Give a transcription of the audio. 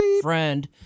friend